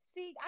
See